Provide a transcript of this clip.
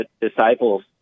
disciples